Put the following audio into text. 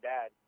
Dad